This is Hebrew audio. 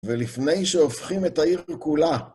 ולפני שהופכים את העיר כולה,